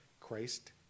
christ